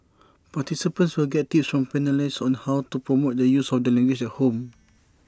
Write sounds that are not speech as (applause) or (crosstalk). participants will get tips from panellists on how to promote the use of the language at (noise) home